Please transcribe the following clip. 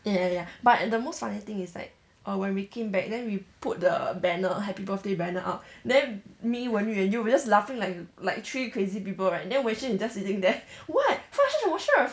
ya ya ya but the most funny thing is like err when we came back then we put the banner happy birthday banner up then me wenyu and you we just laughing like like three crazy people right then wenxuan is just sitting there what 发生什么事